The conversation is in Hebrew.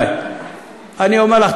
אני אומר לך,